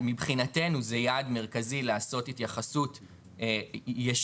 מבחינתנו זה יעד מרכזי לעשות התייחסות ישירה,